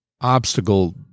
obstacle